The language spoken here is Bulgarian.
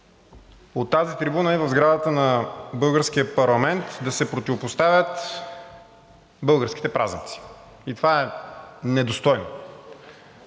от тази трибуна и в сградата на българския парламент да се противопоставят българските празници, и това е недостойно,